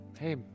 hey